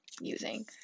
using